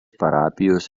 parapijos